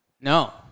No